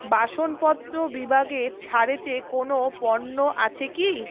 বাসনপত্র বিভাগে ছাড়েতে কোনও পণ্য আছে কি